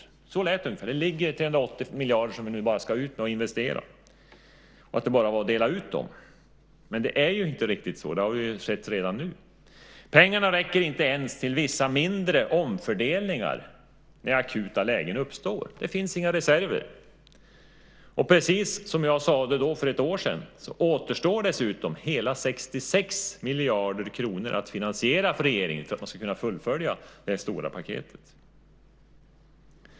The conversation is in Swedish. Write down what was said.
Det lät ungefär som att det låg 380 miljarder som man skulle investera och att det bara var att dela ut dem. Men det är inte riktigt så. Det har vi ju sett redan nu. Pengarna räcker inte ens till vissa mindre omfördelningar när akuta lägen uppstår. Det finns inga reserver. Precis som jag sade då, för ett år sedan, återstår dessutom hela 66 miljarder kronor att finansiera för regeringen för att man ska kunna fullfölja det stora paketet.